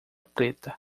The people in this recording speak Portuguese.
preta